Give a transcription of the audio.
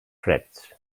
freds